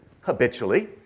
habitually